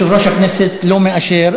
יושב-ראש הכנסת לא מאשר.